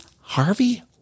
Harvey